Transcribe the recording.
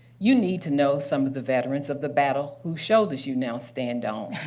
you need to know some of the veterans of the battle whose shoulders you now stand on.